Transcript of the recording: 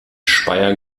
speyer